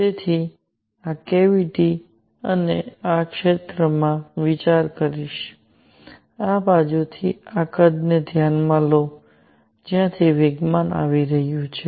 હું આ કેવીટી અને આ ક્ષેત્રમાં વિચાર કરીશ આ બાજુથી આ કદને ધ્યાનમાં લો જ્યાંથી વેગમાન આવી રહ્યુ છે